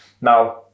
Now